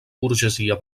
burgesia